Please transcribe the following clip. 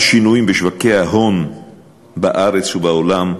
השינויים בשוקי ההון בארץ ובעולם,